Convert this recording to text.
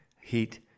heat